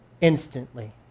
instantly